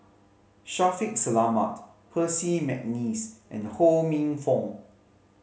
Shaffiq Selamat Percy McNeice and Ho Minfong